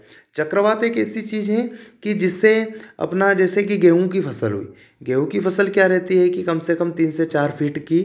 चक्रवात एक ऐसी चीज़ है कि जिससे अपना जैसे कि गेहूँ की फ़सल हुई गेहूँ की फ़सल क्या रहती है कि कम से कम तीन से चार फीट की